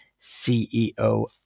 CEO